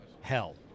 hell